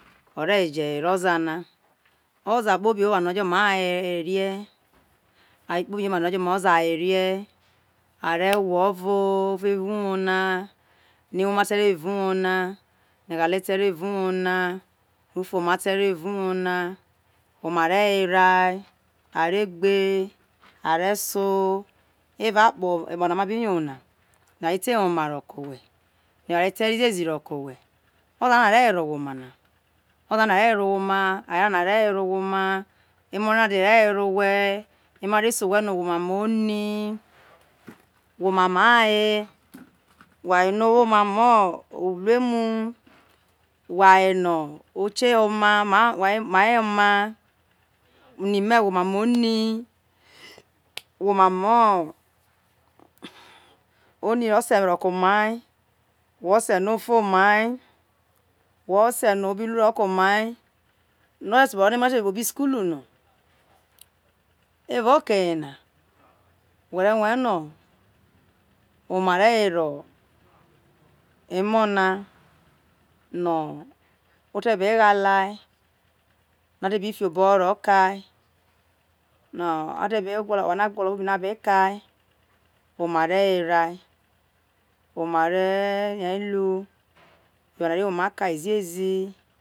oza kpobi rue oware no go oma aye were ei aye kpobi orie oware no ojo ma oza were ei ore gwe oro evao uwo na no ewoma te rie era uwo na no eghate te ro evao uwo na ufuoma te ro evao uwo na oma re were ai are gbe are so evao akpo na ma be yo na eware te woma roke owhe no eware te ro ziezi roke owhe oze ra na ore were owhe ma na oza ra na re were owhe emo ra na re were owhe emo re se owhe no we emamo oni emamo aye we aye no owo oma mo uruemu whe aye no o kie ho mai mai oma oni me whe oma mo oni ose roke omai whe ose no ofo mai we ose no bi lu ko mai whe tu be ro emo tioye kpobi school evao oke ye na whe re rue no evao oke ye na oma re were emo na no wete be ghalai no wete be fiabo ho ro kai no oware no abe gwolo kpobi no abe kai oma re were ai oma re ria lu eware re woma kai ziezi